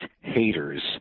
haters